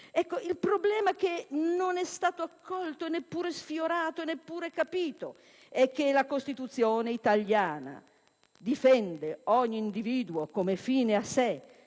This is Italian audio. mai? Il problema che non è stato accolto, neppure sfiorato, neppure capito, è che la Costituzione italiana difende ogni individuo come fine a sé,